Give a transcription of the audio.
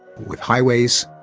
with highways,